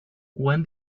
when